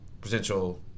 potential